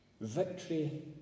victory